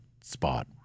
spot